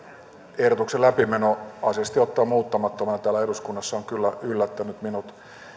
lakiehdotuksen läpimeno asiallisesti ottaen muuttamattomana täällä eduskunnassa on kyllä yllättänyt minut